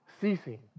ceasing